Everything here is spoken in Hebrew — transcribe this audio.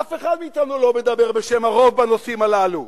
אף אחד מאתנו לא מדבר בשם הרוב בנושאים הללו.